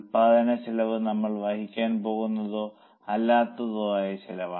ഉൽപ്പാദനച്ചെലവ് നമ്മൾ വഹിക്കാൻ പോകുന്നതോ അല്ലാത്തതോ ആയ ചെലവാണ്